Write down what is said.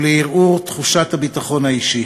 ולערעור תחושת הביטחון האישי.